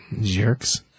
jerks